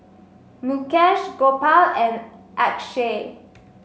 Mukesh Gopal and Akshay